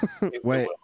wait